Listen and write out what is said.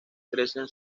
crecen